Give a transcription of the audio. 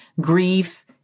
grief